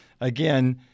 again